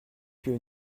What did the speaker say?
que